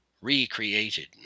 recreated